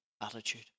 attitude